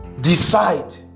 decide